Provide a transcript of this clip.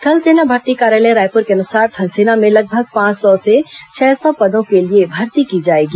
थल सेना भर्ती कार्यालय रायप्र के अनुसार थल सेना में लगभग पांच सौ से छह सौ पदों के लिए भर्ती की जाएगी